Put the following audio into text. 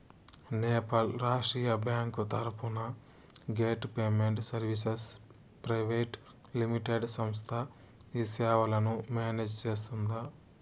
నేపాల్ రాష్ట్రీయ బ్యాంకు తరపున gate payment services private limited సంస్థ ఈ సేవలను మేనేజ్ సేస్తుందా?